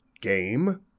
Game